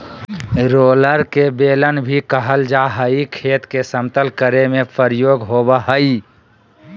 roller के बेलन भी कहल जा हई, खेत के समतल करे में प्रयोग होवअ हई